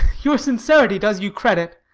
your sincerity does you credit.